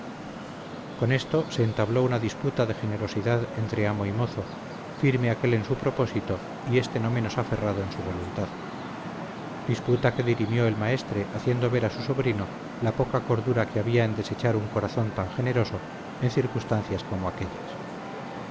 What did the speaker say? con esto se entabló una disputa de generosidad entre amo y mozo firme aquél en su propósito y éste no menos aferrado en su voluntad disputa que dirimió el maestre haciendo ver a su sobrino la poca cordura que había en desechar un corazón tan generoso en circunstancias como aquellas